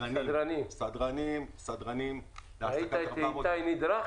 סדרנים, סדרנים -- ראית איך איתי נדרך?